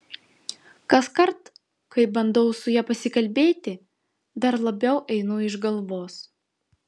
kaskart kai bandau su ja pasikalbėti dar labiau einu iš galvos